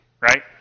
Right